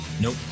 Nope